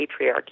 patriarchy